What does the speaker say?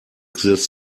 this